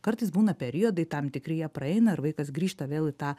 kartais būna periodai tam tikri jie praeina ir vaikas grįžta vėl į tą